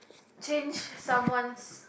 change someone's